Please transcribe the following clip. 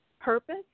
purpose